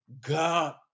God